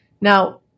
Now